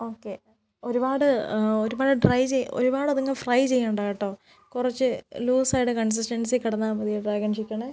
okay ഒരുപാട് ഒരുപാട് dry ചെയ്യണ്ട ഒരുപാടതങ്ങ് ഫ്രൈ ചെയ്യണ്ടാട്ടോ കുറച്ച് ലൂസായിട്ട് കൺസിസ്റ്റൻസി കിടന്നാൽ മതി ഡ്രാഗൺ ചിക്കനെ